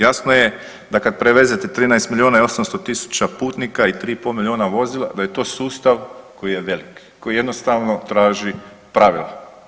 Jasno je da kad prevezete 13 milijuna i 800 tisuća putnika i 3,5 milijuna vozila da je to sustav koji je velik koji jednostavno traži pravila.